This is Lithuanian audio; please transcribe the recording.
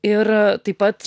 ir taip pat